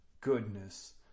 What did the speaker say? goodness